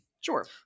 Sure